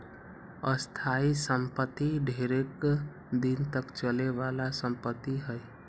स्थाइ सम्पति ढेरेक दिन तक चले बला संपत्ति हइ